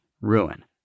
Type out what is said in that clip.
ruin